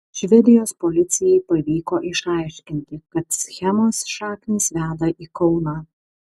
švedijos policijai pavyko išaiškinti kad schemos šaknys veda į kauną